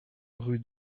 rue